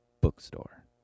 bookstore